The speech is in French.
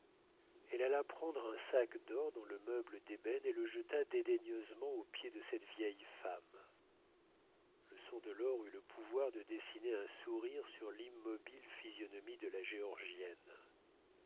elle alla prendre un sac d'or dans le meuble d'ébène et le jeta dédaigneusement aux pieds de cette vieille femme le son de l'or eut le pouvoir de dessiner un sourire sur l'immobile physionomie de la géorgienne